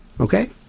Okay